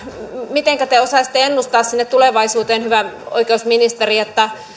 mitenkä te osaisitte ennustaa sinne tulevaisuuteen hyvä oikeusministeri